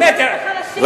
ש"ס בעד החלשים.